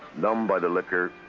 numbed by the liquor,